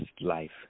life